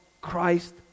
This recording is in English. Christ